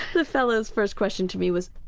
the fellow's first question to me was,